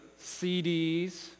CDs